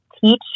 teach